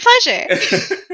pleasure